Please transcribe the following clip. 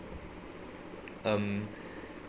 um